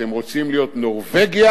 אתם רוצים להיות נורבגיה,